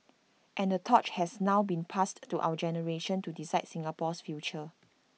and the torch has now been passed to our generation to decide Singapore's future